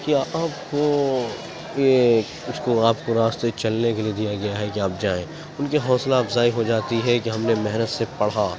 کہ آپ کو یہ اس کو آپ کو راستے چلنے کے لیے دیا گیا ہے کہ آپ جائیں ان کی حوصلہ افزائی ہو جاتی ہے کہ ہم نے محنت سے پڑھا